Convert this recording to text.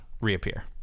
reappear